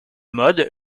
mode